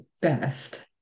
best